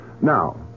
Now